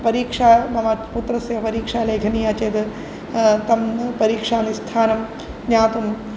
परीक्षा मम पुत्रस्य परीक्षा लेखनीया चेद् तं परीक्षास्थानं ज्ञातुं